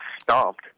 stomped